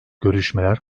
görüşmeler